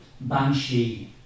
banshee